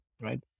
right